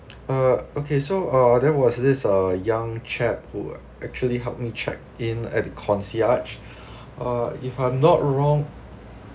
uh okay so uh there was this uh young chap who actually help me check-in at the concierge uh if I'm not wrong